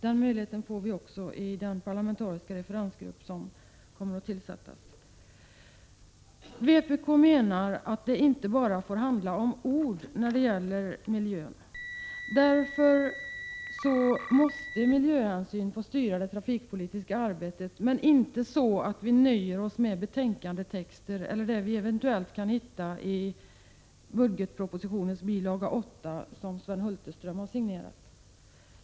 Den möjligheten får vi i den parlamentariska referensgrupp som kommer att tillsättas. Vpk menar att det inte bara får handla om ord när det gäller miljön. Miljöhänsyn måste få styra det trafikpolitiska arbetet, men inte så att vi nöjer oss med betänkandetexter eller det vi eventuellt kan hitta i budgetpropositionens bil. 8, som Sven Hulterström har signerat.